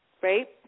right